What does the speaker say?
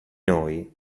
noi